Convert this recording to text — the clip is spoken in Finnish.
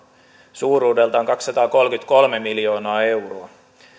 suuruudeltaan kaksisataakolmekymmentäkolme miljoonaa euroa